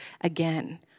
again